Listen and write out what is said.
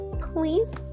Please